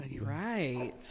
right